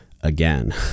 again